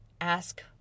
ask